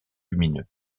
lumineux